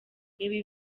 ibi